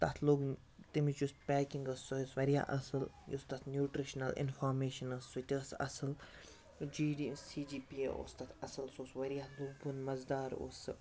تَتھ لوٚگ تَمِچ یُس پیکِنٛگ ٲس سۄ ٲس واریاہ اَصٕل یُس تَتھ نیوٗٹِرٛشنَل اِنفارمیشَن ٲس سُہ تہِ ٲس اَصٕل G D C G P اوس تَتھ اَصٕل سُہ اوس واریاہ لوٗبوُن مَزٕدار اوس سُہ